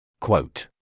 Quote